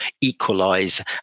equalize